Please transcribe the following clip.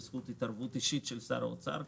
בזכות התערבות אישית של שר האוצר,